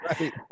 Right